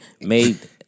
made